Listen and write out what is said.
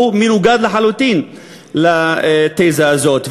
והוא מנוגד לחלוטין לתזה הזאת,